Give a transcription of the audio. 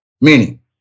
meaning